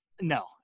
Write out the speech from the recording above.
no